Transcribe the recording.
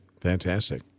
Fantastic